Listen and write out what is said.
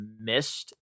missed